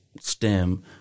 STEM